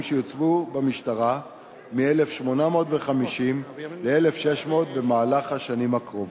שיוצבו במשטרה מ-1,850 ל-1,600 במהלך השנים הקרובות.